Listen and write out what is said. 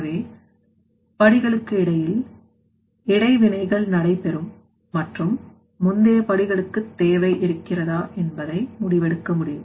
எனவே படிகளுக்கு இடையில் இடைவினைகள் நடைபெறும் மற்றும் முந்தைய படிகளுக்கு தேவை இருக்கிறதா என்பதை முடிவெடுக்க வேண்டும்